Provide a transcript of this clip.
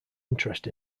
interest